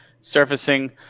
surfacing